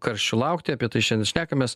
karščių laukti apie tai šiandien šnekamės